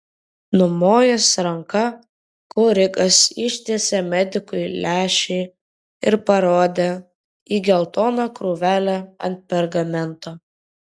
numojęs ranka korikas ištiesė medikui lęšį ir parodė į geltoną krūvelę ant pergamento